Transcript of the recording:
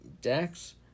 Dax